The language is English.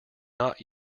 not